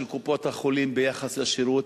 של קופות-החולים ביחס לשירות,